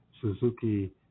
Suzuki